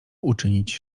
uczynić